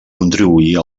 contribuir